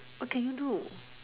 what can you do